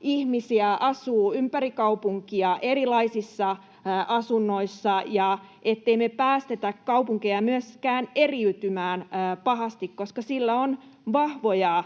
ihmisiä asuu ympäri kaupunkia erilaisissa asunnoissa ja ettei me päästetä kaupunkeja myöskään eriytymään pahasti, koska sillä on vahvoja